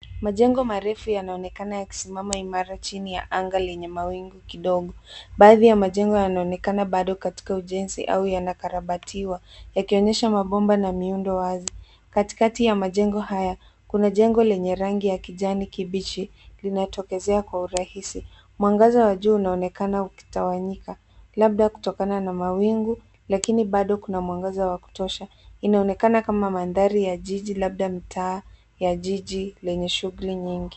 Majengo marefu yanaonekana yakisimama imara chini ya anga lenye mawingu kidogo, baadhi ya majengo yanaonekana bado katika ujenzi au yanakarabatiwa yakionyesha mabomba na miundo wazi katikati ya majengo haya kuna jengo lenye rangi ya kijani kibichi linatokezea kwa kurahisi. Mwangaza wa juu unaonekana ukitawanyika labda kutokana na mawingo lakini Bado kuna mwangaza wa kutosha inaonekana kama mandhari ya jiji labda mtaa ya jiji lenye shughuli nyingi.